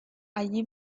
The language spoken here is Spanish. allí